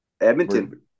Edmonton